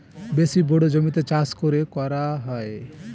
বেশি বড়ো জমিতে চাষ করে করা হয়